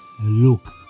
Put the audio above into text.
Look